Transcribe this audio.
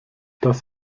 das